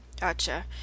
Gotcha